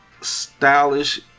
stylish